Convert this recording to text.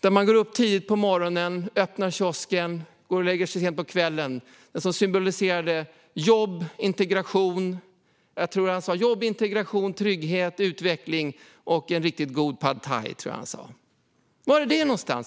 Där går man upp tidigt på morgonen, öppnar kiosken och går och lägger sig sent på kvällen. Jag tror att han sa att den symboliserade jobb, integration, trygghet, utveckling och en riktigt god pad thai. Var finns det någonstans?